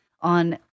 on